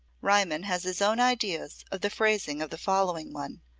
riemann has his own ideas of the phrasing of the following one,